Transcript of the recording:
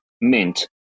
mint